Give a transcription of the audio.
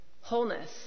wholeness